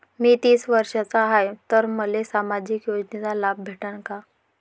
मी तीस वर्षाचा हाय तर मले सामाजिक योजनेचा लाभ भेटन का?